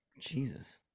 Jesus